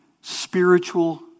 Spiritual